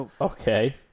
Okay